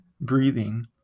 breathing